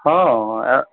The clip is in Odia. ହଁ